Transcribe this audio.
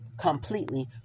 completely